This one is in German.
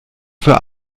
für